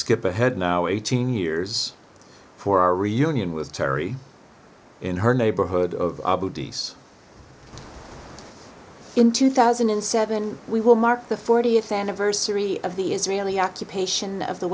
skip ahead now eighteen years for our reunion with terry in her neighborhood of us in two thousand and seven we will mark the fortieth anniversary of the israeli occupation of the